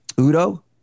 Udo